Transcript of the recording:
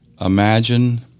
imagine